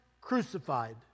crucified